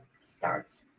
starts